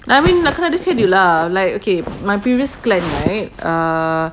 I mean nak kena ada schedule lah like okay my previous clan right err